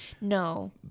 No